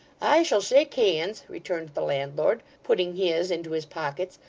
i shall shake hands returned the landlord, putting his into his pockets,